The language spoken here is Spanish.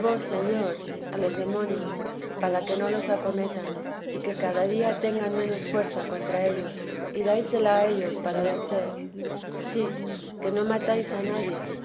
señor a los demonios para que no los acometan y que cada día tengan menos fuerza contra ellos y dáisela a ellos para vencer sí que no matáis a nadie